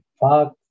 fuck